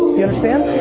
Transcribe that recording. you understand?